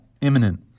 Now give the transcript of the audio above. imminent